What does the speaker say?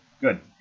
Good